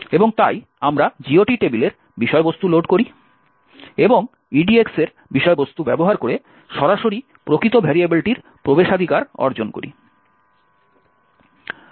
এবং তাই আমরা GOT টেবিলের বিষয়বস্তু লোড করি এবং EDX এর বিষয়বস্তু ব্যবহার করে সরাসরি প্রকৃত ভেরিয়েবলটির প্রবেশাধিকার অর্জন করি